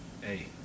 Hey